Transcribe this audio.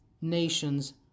nations